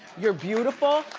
you're beautiful,